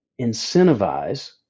incentivize